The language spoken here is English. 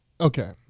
Okay